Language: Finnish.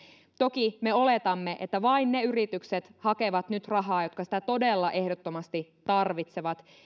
toki me oletamme että vain ne yritykset hakevat nyt rahaa jotka sitä todella ehdottomasti tarvitsevat